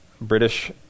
British